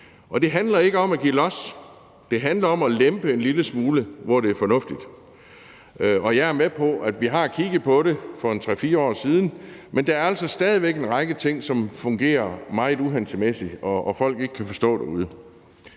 Det handler ikke om at give los. Det handler om at lempe en lille smule, hvor det er fornuftigt. Jeg er med på, at vi har kigget på det for 3-4 år siden, men der er altså stadig væk en række ting, der fungerer meget uhensigtsmæssigt, og som folk ikke kan forstå.